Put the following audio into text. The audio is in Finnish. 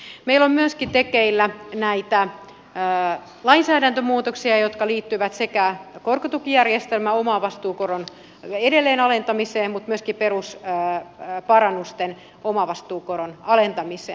meillä on myöskin tekeillä näitä lainsäädäntömuutoksia jotka liittyvät korkotukijärjestelmän omavastuukoron edelleen alentamiseen mutta myöskin perusparannusten omavastuukoron alentamiseen